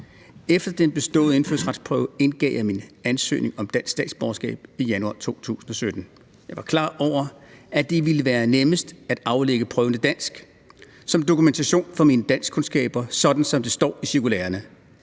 Efter den beståede indfødsretsprøve indgav jeg min ansøgning om dansk statsborgerskab i januar 2017. Jeg var klar over, at det ville være nemmest at aflægge prøven i Dansk 3 som dokumentation for mine danskkundskaber, sådan som det står i cirkulærerne.